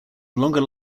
longer